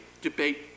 debate